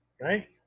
right